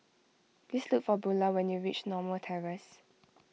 please look for Bula when you reach Norma Terrace